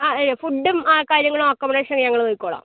ആ ഫുഡ്ഡും ആ കാര്യങ്ങളും അക്കോമഡേഷനും ഞങ്ങൾ നോക്കിക്കൊള്ളാം